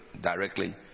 directly